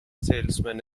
salesman